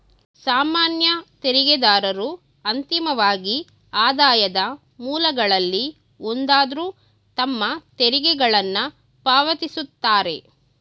ಸಾಮಾನ್ಯ ತೆರಿಗೆದಾರರು ಅಂತಿಮವಾಗಿ ಆದಾಯದ ಮೂಲಗಳಲ್ಲಿ ಒಂದಾದ್ರು ತಮ್ಮ ತೆರಿಗೆಗಳನ್ನ ಪಾವತಿಸುತ್ತಾರೆ